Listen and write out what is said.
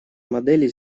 модели